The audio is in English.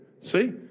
See